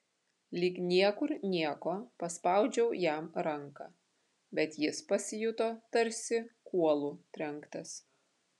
lyg niekur nieko paspaudžiau jam ranką bet jis pasijuto tarsi kuolu trenktas